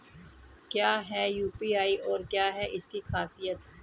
क्या है यू.पी.आई और क्या है इसकी खासियत?